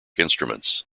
instruments